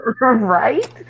right